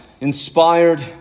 inspired